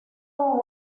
war